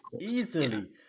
Easily